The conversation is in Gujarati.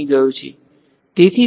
So our region 1 ok